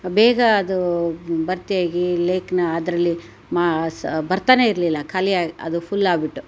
ಬೇಗ ಅದು ಭರ್ತಿಯಾಗಿ ಲೇಖನ ಅದರಲ್ಲಿ ಮಾ ಸ್ ಬರ್ತಾ ಇರಲಿಲ್ಲ ಖಾಲಿ ಅದು ಫುಲ್ ಆಗಿಬಿಟ್ಟು